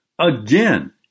again